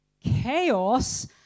chaos